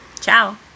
Ciao